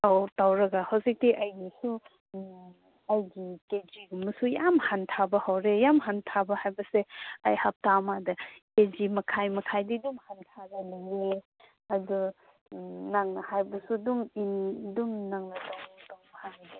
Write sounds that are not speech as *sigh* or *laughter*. ꯇꯧꯔ ꯇꯧꯔꯒ ꯍꯧꯖꯤꯛꯇꯤ ꯑꯩꯒꯤꯁꯨ ꯑꯩꯒꯤ *unintelligible* ꯌꯥꯝ ꯍꯟꯊꯕ ꯍꯧꯔꯦ ꯌꯥꯝ ꯍꯟꯊꯕ ꯍꯥꯏꯕꯁꯦ ꯑꯩ ꯍꯞꯇꯥ ꯑꯃꯗ ꯀꯦꯖꯤꯃꯈꯥꯏ ꯃꯈꯥꯏ ꯃꯈꯥꯏꯗꯤ ꯑꯗꯨꯝ ꯍꯟꯊꯔꯥ ꯂꯩꯌꯦ ꯑꯗꯨ ꯅꯪꯅ ꯍꯥꯏꯕꯗꯨꯁꯨ ꯑꯗꯨꯝ *unintelligible*